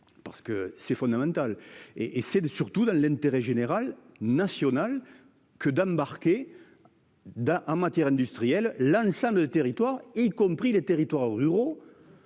Parce que c'est fondamental et et c'est surtout dans l'intérêt général national. Que d'embarquer. Dans en matière industrielle lance un de territoire, y compris les territoires ruraux